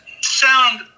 sound